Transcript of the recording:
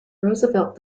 roosevelt